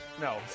No